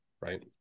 right